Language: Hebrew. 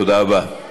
תודה רבה.